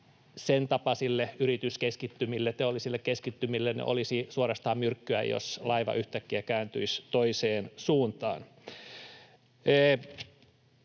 sen tapaisille yrityskeskittymille, teollisille keskittymille, olisi suorastaan myrkkyä, jos laiva yhtäkkiä kääntyisi toiseen suuntaan.